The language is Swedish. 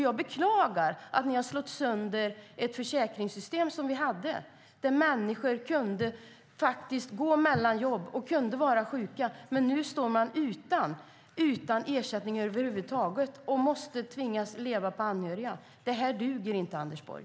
Jag beklagar att ni har slagit sönder det försäkringssystem som vi hade där människor kunde gå mellan jobb och vara sjuka. Men nu står man utan ersättning över huvud taget och tvingas leva på anhöriga. Det här duger inte, Anders Borg.